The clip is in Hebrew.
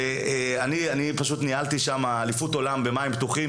אני ניהלתי שם אליפות עולם במים פתוחים,